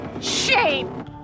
Shame